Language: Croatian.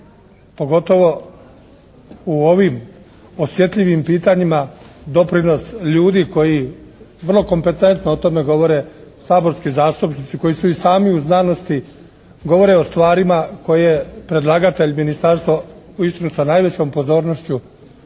pogotovo u ovim osjetljivim pitanjima doprinos ljudi koji vrlo kompetentno o tome govore saborski zastupnici koji su i sami u znanosti, govore o stvarima koje predlagatelj ministarstva uistinu sa najvećom pozornošću